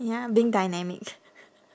ya being dynamic